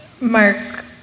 Mark